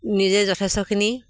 নিজে যথেষ্টখিনি